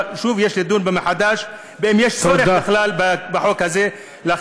יש לדון מחדש אם יש צורך בכלל בחוק הזה.